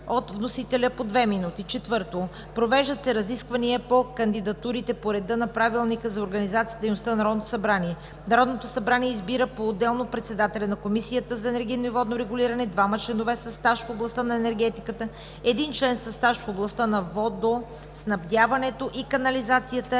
от вносителя – до две минути. 4. Провеждат се разисквания по кандидатурите по реда на Правилника за организацията и дейността на Народното събрание. 5. Народното събрание избира поотделно председателя на Комисията за енергийно и водно регулиране, двама членове със стаж в областта на енергетиката, един член със стаж в областта на водоснабдяването и канализацията